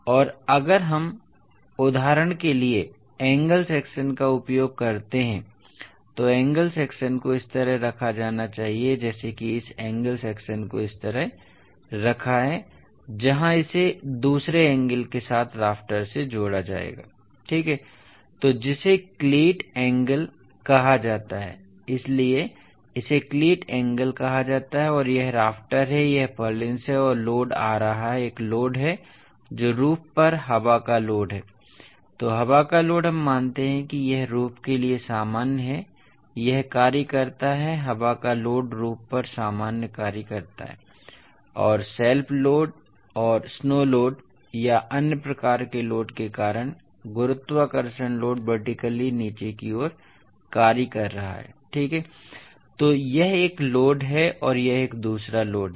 और अगर हम उदाहरण के लिए एंगल सेक्शन का उपयोग करते हैं तो एंगल सेक्शन को इस तरह रखा जाना चाहिए जैसे कि इस एंगल सेक्शन को इस तरह रखा जाना चाहिए जहाँ इसे दूसरे एंगल के साथ राफ्टर से जोड़ा जाएगा ठीक हैं तो जिसे क्लीट एंगल कहा जाता है इसलिए इसे क्लीट एंगल कहा जाता है और यह राफ्टर है यह पुर्लिन्स है और लोड आ रहा है एक लोड है जो रूफ पर हवा का लोड है इसलिए हवा का लोड हम मानते हैं कि यह रूफ के लिए सामान्य है यह कार्य करता है हवा का लोड रूफ पर सामान्य कार्य करता है और सेल्फ लोड और स्नो लोड या अन्य प्रकार के लोड के कारण गुरुत्वाकर्षण लोड वर्टिकली नीचे की ओर कार्य कर रहा है ठीक है तो यह एक लोड है और यह दूसरा लोड है